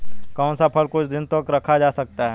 कौन सा फल कुछ दिनों तक रखा जा सकता है?